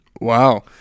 Wow